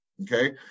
Okay